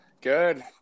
Good